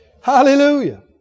Hallelujah